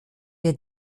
wir